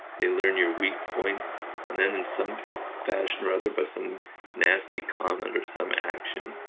they learn your weak points and then in some fashion or other by some nasty comment or some action,